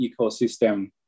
ecosystem